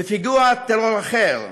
בפיגוע טרור אחר,